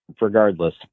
regardless